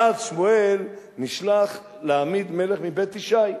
ואז שמואל נשלח להעמיד מלך מבית ישי.